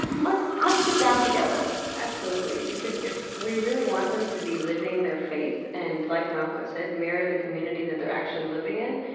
let's let's sit down together absolutely, because if we really want them to be living their faith and, like malka said, mirror the community that they're actually living in,